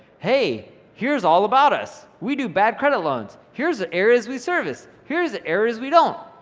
hey, here's all about us. we do bad credit loans. here's the areas we service. here's the areas we don't.